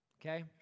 Okay